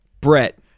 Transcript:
Brett